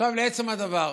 עכשיו לעצם הדבר.